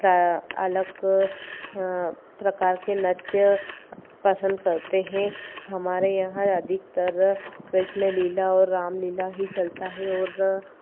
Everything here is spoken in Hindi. प्रायः अलग प्रकार के नृत्य पसंद करते हैं हमारे यहाँ अधिकतर कृष्ण लीला और राम लीला ही चलता है और